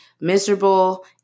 miserable